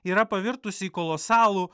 yra pavirtusi į kolosalų